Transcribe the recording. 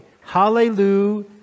Hallelujah